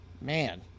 Man